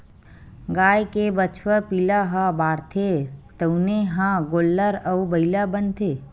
गाय के बछवा पिला ह बाढ़थे तउने ह गोल्लर अउ बइला बनथे